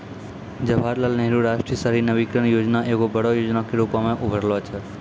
जवाहरलाल नेहरू राष्ट्रीय शहरी नवीकरण योजना एगो बड़ो योजना के रुपो मे उभरलो छै